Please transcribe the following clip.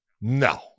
No